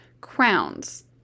Crowns